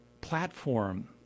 platform